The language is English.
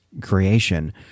creation